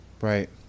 Right